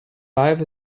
life